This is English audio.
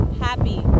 happy